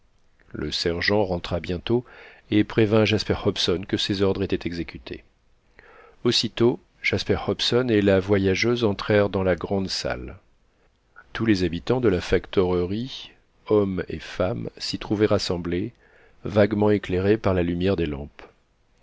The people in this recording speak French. le sergent rentra bientôt et prévint jasper hobson que ses ordres étaient exécutés aussitôt jasper hobson et la voyageuse entrèrent dans la grande salle tous les habitants de la factorerie hommes et femmes s'y trouvaient rassemblés vaguement éclairés par la lumière des lampes